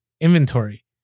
inventory